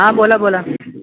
हां बोला बोला